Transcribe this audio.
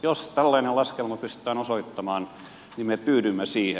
jos tällainen laskelma pystytään osoittamaan niin me tyydymme siihen